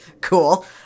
Cool